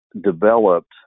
developed